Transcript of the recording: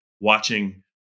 watching